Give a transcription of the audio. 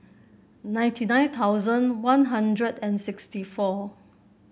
ninety nine thousand One Hundred and sixty four